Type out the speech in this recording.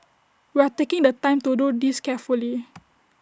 we are taking the time to do this carefully